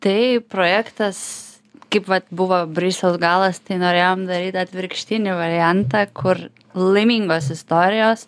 tai projektas kaip vat buvo brisiaus galas tai norėjom daryt atvirkštinį variantą kur laimingos istorijos